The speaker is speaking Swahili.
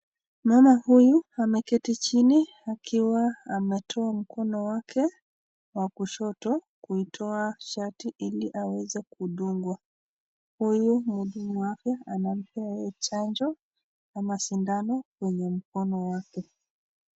Naona huyu ameketi chini akiwa ametoa mkono wake wakushoto kuitoa shati ili aweze kundungwa. Huyu muhudumu wake anampea yeye chanjo ama sindano kwenye mkono wake.